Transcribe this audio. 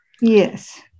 Yes